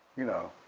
you know,